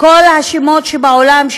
כל השמות שבעולם,